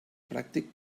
pràctic